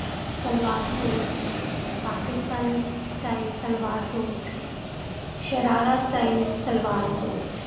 salwar suit Pakistani style salwar suit sharara style salwar suit